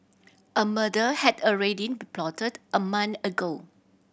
a murder had already been plotted a month ago